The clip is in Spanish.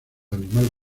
animal